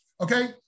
Okay